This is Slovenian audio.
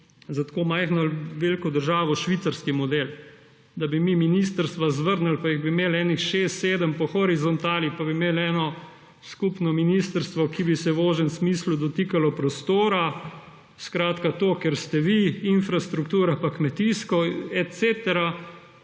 za tako majno ali veliko državo švicarski model, da bi mi ministrstva zvrnili pa bi jih imeli kakšnih šest, sedem po horizontali pa bi imeli eno skupno ministrstvo, ki bi se v ožjem smislu dotikalo prostora. Skratka, to, kar ste vi, infrastruktura pa kmetijstvo et